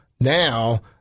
now